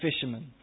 fishermen